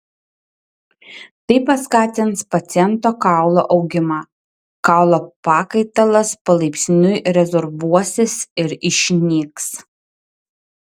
tai paskatins paciento kaulo augimą kaulo pakaitalas palaipsniui rezorbuosis ir išnyks